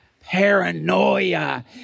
paranoia